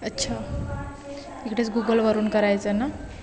अच्छा इकडेच गुगलवरून करायचं ना